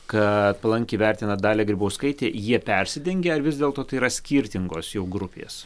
kad palankiai vertina dalią grybauskaitę jie persidengia ar vis dėlto tai yra skirtingos jų grupės